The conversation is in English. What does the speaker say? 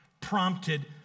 prompted